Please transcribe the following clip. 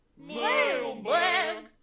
Mailbag